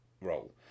role